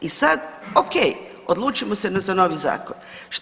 I sad, ok, odlučimo se za novi zakon.